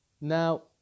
Now